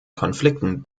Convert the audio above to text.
konflikten